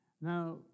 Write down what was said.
Now